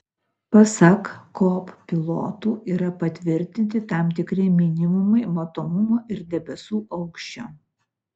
pasak kop pilotų yra patvirtinti tam tikri minimumai matomumo ir debesų aukščio